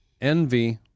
envy